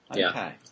Okay